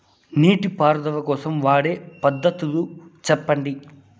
నీటి పారుదల కోసం వాడే పద్ధతులు సెప్పండి?